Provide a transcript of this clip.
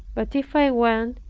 but if i went,